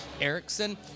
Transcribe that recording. Erickson